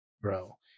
bro